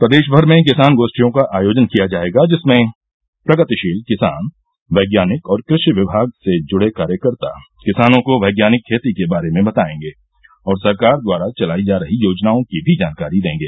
प्रदेशमर में किसान गोष्ठियों का आयोजन किया जाएगा जिसमें प्रगतिशील किसान वैज्ञानिक और कृषि विभाग से जुड़े कार्यकर्ता किसानों को वैज्ञानिक खेती के बारे में बताएंगे और सरकार द्वारा चलाई जा रही योजनाओं की भी जानकारी देंगे